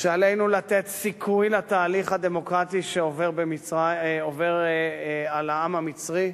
שעלינו לתת סיכוי לתהליך הדמוקרטי שעובר על העם המצרי.